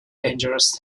dangerous